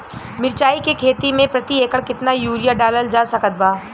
मिरचाई के खेती मे प्रति एकड़ केतना यूरिया डालल जा सकत बा?